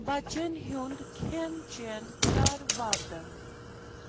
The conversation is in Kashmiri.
بَچن ہُنٛد کھٮ۪ن چٮ۪ن کَر واتَن